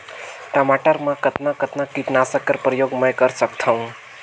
टमाटर म कतना कतना कीटनाशक कर प्रयोग मै कर सकथव?